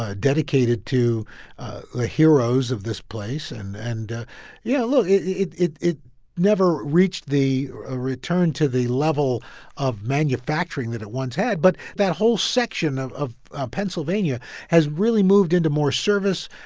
ah dedicated to the heroes of this place. and, and ah yeah, look it it never reached the ah returned to the level of manufacturing that it once had, but that whole section of of pennsylvania has really moved into more service,